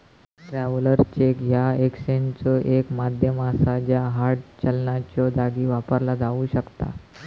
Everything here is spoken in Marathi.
ट्रॅव्हलर्स चेक ह्या एक्सचेंजचो एक माध्यम असा ज्या हार्ड चलनाच्यो जागी वापरला जाऊ शकता